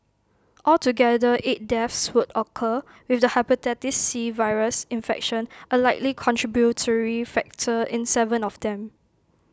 altogether eight deaths would occur with the Hepatitis C virus infection A likely contributory factor in Seven of them